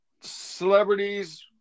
celebrities